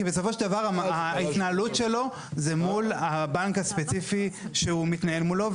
כי בסופו של דבר ההתנהלות שלו זה מול הבנק הספציפי שהוא מתנהל מולו.